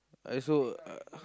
I also uh